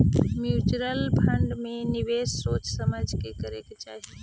mutual fund में निवेश सोच समझ के करे के चाहि